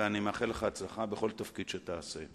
ואני מאחל לך הצלחה בכל תפקיד שתעשה.